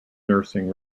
nursing